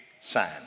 sign